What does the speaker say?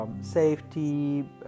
safety